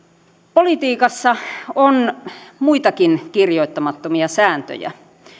politiikassa on muitakin kirjoittamattomia sääntöjä